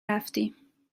رفتیم